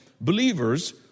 believers